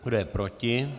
Kdo je proti?